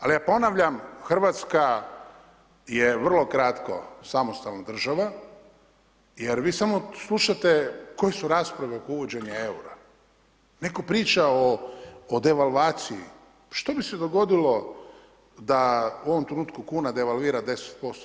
Ali ja ponavljam, Hrvatska je vrlo kratko samostalno država, jer vi samo slušate koje su rasprave oko uvođenja eura, netko priča o devalvaciji, što bi se dogodilo da u ovom trenutku kuna devalvira 10%